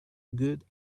good